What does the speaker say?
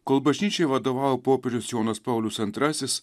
kol bažnyčiai vadovavo popiežius jonas paulius antrasis